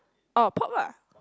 oh pop lah